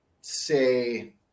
say